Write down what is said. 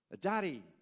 Daddy